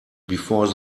before